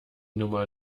nummer